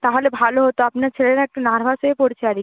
তাহালে ভালো হতো আপনার ছেলে না একটু নার্ভাস হয়ে পড়ছে আর কি